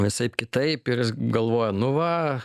visaip kitaip galvoja nu va